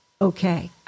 okay